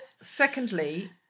Secondly